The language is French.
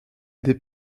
des